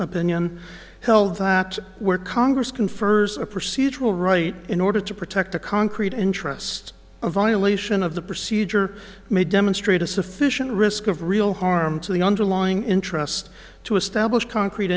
opinion held where congress confers a procedural right in order to protect a concrete interest a violation of the procedure may demonstrate a sufficient risk of real harm to the underlying interest to establish concrete